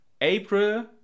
april